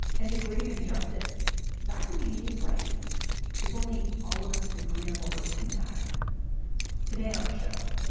and a grave injustice that can be made right if only all of us can agree on what we're looking at today on the show,